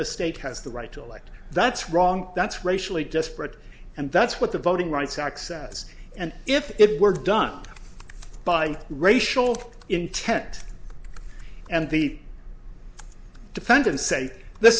the state has the right to elect that's wrong that's racially disparate and that's what the voting rights access and if it were done by racial intent and the defendants say th